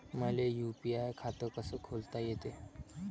मले यू.पी.आय खातं कस खोलता येते?